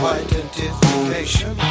identification